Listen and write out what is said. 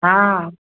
हँ